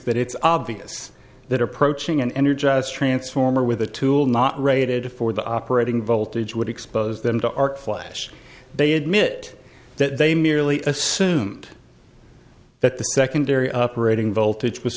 that it's obvious that approaching an energized transformer with a tool not rated for the operating voltage would expose them to arc flash they admit that they merely assume that the secondary up orating voltage was